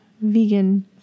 vegan